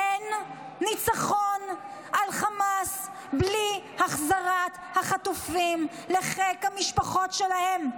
אין ניצחון על חמאס בלי החזרת החטופים לחיק המשפחות שלהם.